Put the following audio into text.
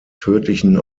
tödlichen